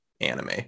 anime